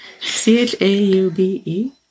C-H-A-U-B-E